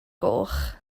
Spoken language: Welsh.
goch